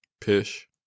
Pish